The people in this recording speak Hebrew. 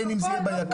בין אם זה יהיה ביק"ר